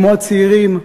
כמו הצעירים,